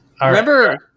Remember